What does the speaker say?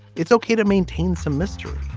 it's ok to maintain some mystery